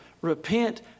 Repent